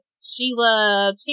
Sheila